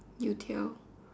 you-tiao